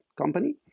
company